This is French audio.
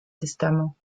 testament